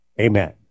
Amen